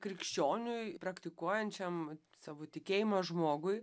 krikščioniui praktikuojančiam savo tikėjimą žmogui